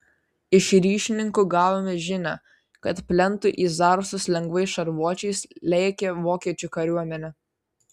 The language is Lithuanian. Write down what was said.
iš ryšininkų gavome žinią kad plentu į zarasus lengvais šarvuočiais lėkė vokiečių kariuomenė